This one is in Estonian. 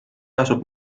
asub